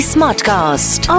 Smartcast